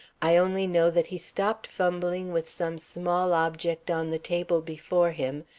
i only know that he stopped fumbling with some small object on the table before him,